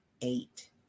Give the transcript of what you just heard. eight